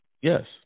Yes